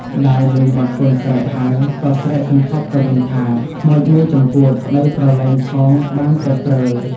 ម្ដាយឮមាត់កូនស្រែកហៅ ក៏ស្រែកសន្ធាប់ទៅវិញថា “ខ្មោចមេ ចំកួតប្ដីប្រលែងផងបានតែព្រើល” ។